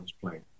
playing